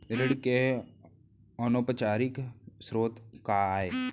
ऋण के अनौपचारिक स्रोत का आय?